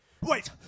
Wait